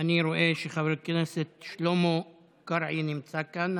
אני רואה שחבר הכנסת שלמה קרעי נמצא כאן.